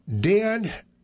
Dan